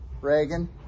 Reagan